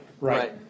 right